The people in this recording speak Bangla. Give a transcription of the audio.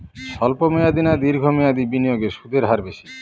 স্বল্প মেয়াদী না দীর্ঘ মেয়াদী বিনিয়োগে সুদের হার বেশী?